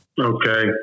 Okay